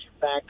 back